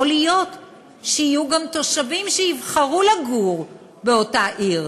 יכול להיות שיהיו גם תושבים שיבחרו לגור באותה עיר.